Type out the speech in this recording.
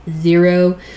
zero